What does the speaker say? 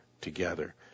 together